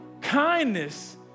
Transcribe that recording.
Kindness